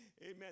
Amen